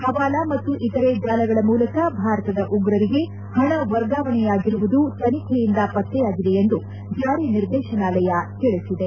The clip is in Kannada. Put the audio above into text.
ಹವಾಲಾ ಮತ್ತು ಇತರೆ ಜಾಲಗಳ ಮೂಲಕ ಭಾರತದ ಉಗ್ರಂಗೆ ಹಣ ವರ್ಗಾವಣೆಯಾಗಿರುವುದು ತನಿಖೆಯಿಂದ ಪತ್ತೆಯಾಗಿದೆ ಎಂದು ಚಾರಿ ನಿರ್ದೇಶನಾಲಯ ತಿಳಿಸಿದೆ